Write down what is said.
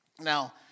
Now